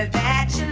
that